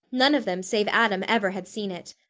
none of them save adam ever had seen it.